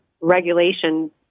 regulation